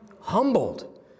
Humbled